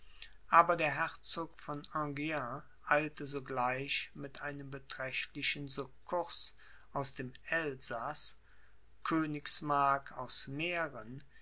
aber der herzog von enghien eilte sogleich mit einem beträchtlichen succurs aus dem elsaß königsmark aus mähren